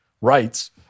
rights